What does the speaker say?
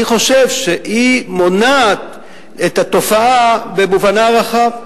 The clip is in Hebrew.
אני חושב שהיא מונעת את התופעה במובנה הרחב.